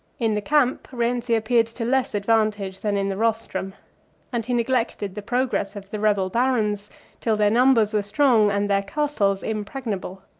in the camp, rienzi appeared to less advantage than in the rostrum and he neglected the progress of the rebel barons till their numbers were strong, and their castles impregnable.